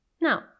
now